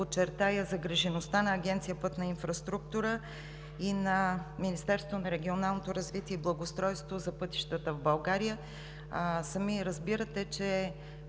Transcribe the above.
подчертая загрижеността на Агенция „Пътна инфраструктура“ и на Министерството на регионалното развитие и благоустройството за пътищата в България. Сами разбирате, че